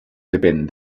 depèn